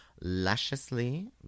lusciously